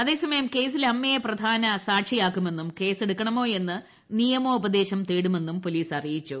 അതേസമയം കേസിൽ ് അമ്മയെ പ്രധാന സാക്ഷിയാക്കുകയും കേസെടുക്കണമോയെന്ന് നിയമോപദേശം തേടുമെന്ന് പോലീസ് അറിയിച്ചു